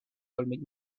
olympic